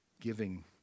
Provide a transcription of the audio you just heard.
giving